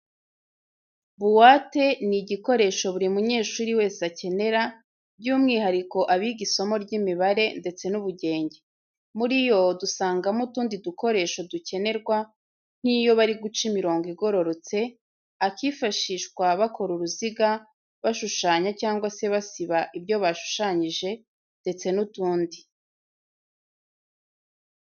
Buwate ni igikoresho buri munyeshuri wese akenera, by'umwihariko abiga isomo ry'imibare ndetse n'ubugenge. Muri yo dusangamo utundi dukoresho dukenerwa nk'iyo bari guca imirongo igororotse, akifashishwa bakora uruziga, bashushanya cyangwa se basiba ibyo bashushanyije ndetse n'utundi.